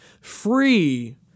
free